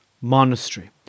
monastery